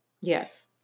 Yes